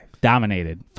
dominated